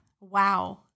Wow